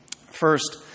First